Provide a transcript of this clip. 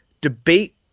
debate